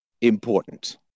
important